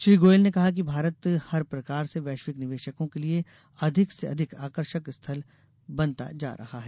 श्री गोयल ने कहा भारत हर प्रकार से वैश्विक निवेशकों के लिए अधिक से अधिक आकर्षक स्थल बनता जा रहा है